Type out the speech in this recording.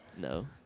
No